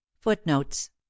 Footnotes